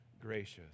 gracious